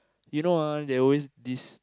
you know ah there always this